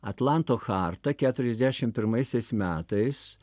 atlanto charta keturiasdešim pirmaisiais metais